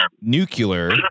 Nuclear